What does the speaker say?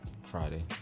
Friday